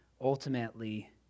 ultimately